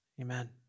Amen